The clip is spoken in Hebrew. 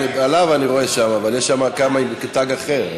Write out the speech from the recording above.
אבל יש שם כמה עם תג אחר,